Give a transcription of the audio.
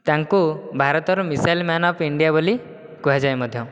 ତାଙ୍କୁ ଭାରତର missile man of India ବୋଲି କୁହାଯାଏ ମଧ୍ୟ